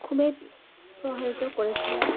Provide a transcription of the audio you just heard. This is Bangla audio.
খুবই প্রভাবিত করেছিল